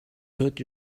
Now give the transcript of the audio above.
put